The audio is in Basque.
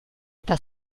eta